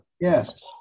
Yes